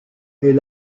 est